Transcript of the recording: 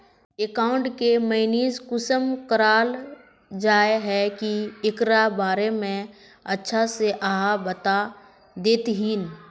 Account के manage कुंसम कराल जाय है की एकरा बारे में अच्छा से आहाँ बता देतहिन?